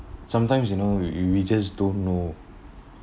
sometimes you know we we just don't know